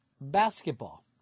basketball